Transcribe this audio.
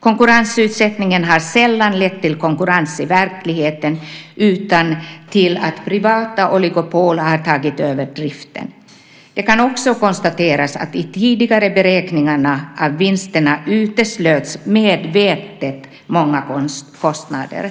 Konkurrensutsättningen har sällan lett till konkurrens i verkligheten utan till att privata oligopol har tagit över driften. Det kan också konstateras att i tidigare beräkningar av vinsterna uteslöts medvetet många kostnader.